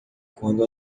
quando